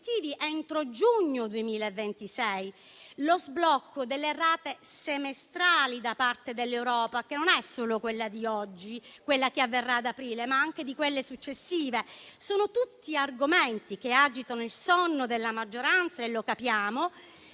entro giugno 2026 e lo sblocco delle rate semestrali da parte dell'Europa (non mi riferisco solo a quella di oggi, che avverrà ad aprile, ma anche a quelle successive) sono tutti argomenti che agitano il sonno della maggioranza e lo capiamo,